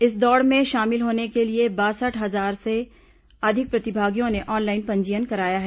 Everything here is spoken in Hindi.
इस दौड़ में शामिल होने के लिए बासठ हजार से अधिक प्रतिभागियों ने ऑनलाइन पंजीयन कराया है